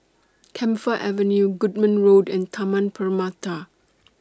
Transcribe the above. Camphor Avenue Goodman Road and Taman Permata